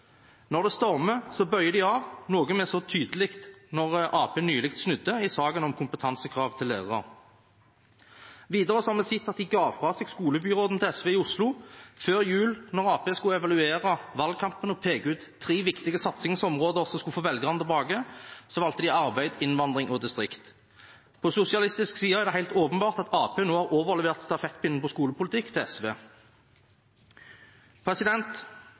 Når det stormer, bøyer de av – noe vi så tydelig da Arbeiderpartiet nylig snudde i saken om kompetansekrav til lærere. Videre har vi sett at de ga fra seg skolebyråden i Oslo til SV før jul. Da Arbeiderpartiet skulle evaluere valgkampen og peke ut tre viktige satsingsområder som skulle få velgerne tilbake, valgte de arbeid, innvandring og distrikt. På sosialistisk side er det helt åpenbart at Arbeiderpartiet nå har overlevert stafettpinnen på skolepolitikk til SV.